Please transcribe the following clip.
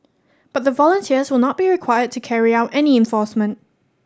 but the volunteers will not be required to carry out any enforcement